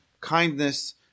Kindness